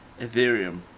Ethereum